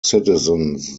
citizens